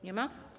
Nie ma?